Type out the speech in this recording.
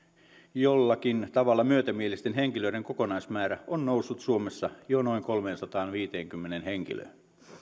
jollakin tavalla myötämielisten henkilöiden kokonaismäärä on noussut suomessa jo noin kolmeensataanviiteenkymmeneen henkilöön